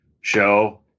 show